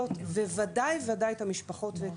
מה